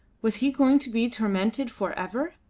was he going to be tormented for ever,